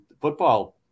football